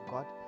God